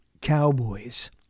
cowboys